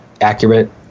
accurate